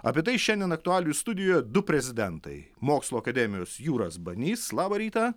apie tai šiandien aktualijų studijoj du prezidentai mokslų akademijos jūras banys labą rytą